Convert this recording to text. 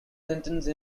sentenced